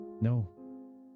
No